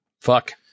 Fuck